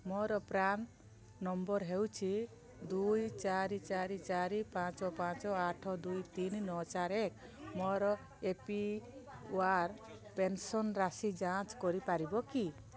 ମୋର PRAN number ହେଉଛି ଦୁଇ ଚାରି ଚାରି ଚାରି ପାଞ୍ଚ ପାଞ୍ଚ ଆଠ ଦୁଇ ତିନ ନଅ ଚାରି ଏକ ମୋର ଏ ପି ୱାଇ ପେନ୍ସନ୍ ରାଶି ଯାଞ୍ଚ କରିପାରିବ କି